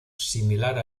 similar